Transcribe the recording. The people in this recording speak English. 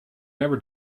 never